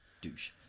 Douche